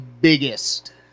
biggest